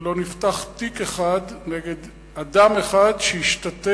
לא נפתח תיק אחד נגד אדם אחד שהשתתף